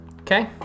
Okay